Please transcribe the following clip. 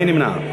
מי נמנע?